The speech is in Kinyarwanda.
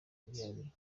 bwihariye